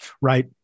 Right